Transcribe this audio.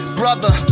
brother